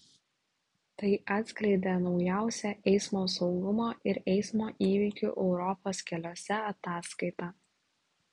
tai atskleidė naujausia eismo saugumo ir eismo įvykių europos keliuose ataskaita